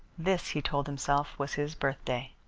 this, he told himself, was his birthday.